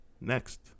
next